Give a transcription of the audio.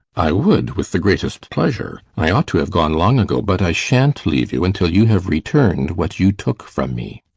i would, with the greatest pleasure. i ought to have gone long ago, but i shan't leave you until you have returned what you took from me.